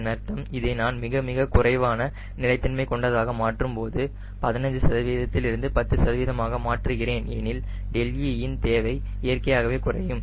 இதன் அர்த்தம் இதை நான் மிக மிக குறைவான நிலைத்தன்மை கொண்டதாக மாற்றும் போது 15 சதவீதத்தில் இருந்து 10 சதவீதமாக மாற்றுகிறேன் எனில் δe யின் தேவை இயற்கையாகவே குறையும்